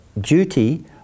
duty